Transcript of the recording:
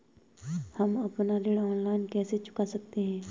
हम अपना ऋण ऑनलाइन कैसे चुका सकते हैं?